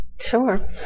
Sure